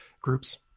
groups